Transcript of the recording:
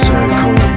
Circle